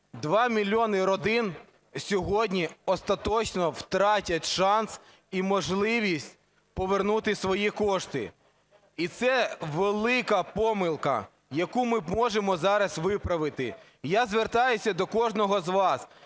2 мільйони родин сьогодні остаточно втратять шанс і можливість повернути свої кошти. І це велика помилка, яку ми можемо зараз виправити. Я звертаюся до кожного з вас,